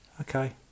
Okay